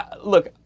Look